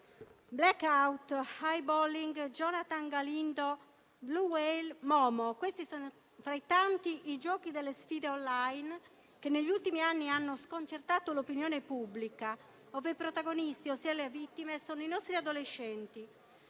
*blackout*, *eye balling*, *Jonathan Galindo*, *blue whale*, *Momo* sono tra i tanti giochi delle sfide *on line* che negli ultimi anni hanno sconcertato l'opinione pubblica. I protagonisti, ossia le vittime, sono i nostri adolescenti.